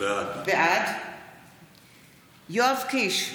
בעד יואב קיש,